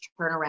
turnaround